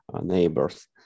neighbors